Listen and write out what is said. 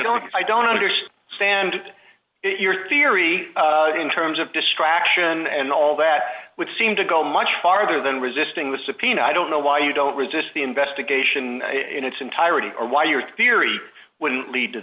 don't i don't understand stand your theory in terms of distraction and all that would seem to go much farther than resisting the subpoena i don't know why you don't resist the investigation in its entirety or why your theory wouldn't lead to